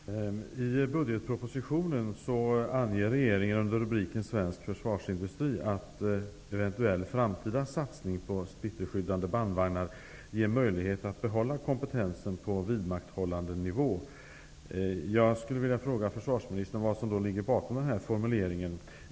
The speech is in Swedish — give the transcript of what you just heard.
Herr talman! I budgetpropositionen anger regeringen under rubriken Svensk försvarsindustri att en eventuell framtida satsning på slitterskyddade bandvagnar ger möjlighet att behålla kompetensen på vidmakthållandenivå. Jag skulle vilja fråga försvarsministern vad som ligger bakom den formuleringen.